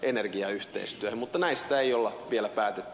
mutta näistä ei ole vielä päätetty